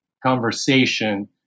conversation